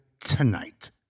tonight